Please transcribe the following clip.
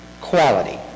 quality